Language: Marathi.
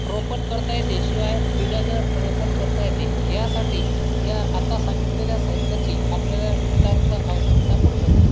रोपण करता येते शिवाय बिजाचं रोपण करता येते ह्यासाठी ह्या आत्ता सांगितलेल्या साहित्याची आपल्याला नितांत आवश्यकता पडू शकते